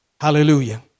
Hallelujah